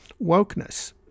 wokeness